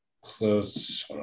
Close